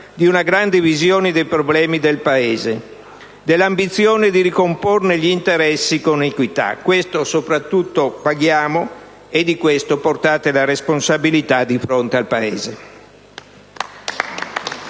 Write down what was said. di una grande visione dei problemi del Paese, dell'ambizione di ricomporne gli interessi con equità. Questo soprattutto paghiamo e di questo portate la responsabilità di fronte al Paese.